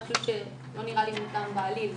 זה משהו שלא נראה לי מותאם בעליל.